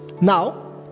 Now